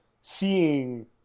seeing